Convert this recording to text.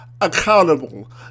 accountable